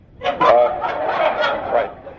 Right